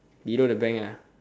below the bank ah